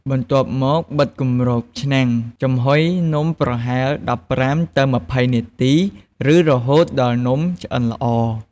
បន្ទាប់មក បិទគម្របឆ្នាំង ចំហុយនំប្រហែល ១៥ ទៅ ២០ នាទី ឬរហូតដល់នំឆ្អិនល្អ។